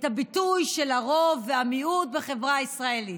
את הביטוי של הרוב והמיעוט בחברה הישראלית,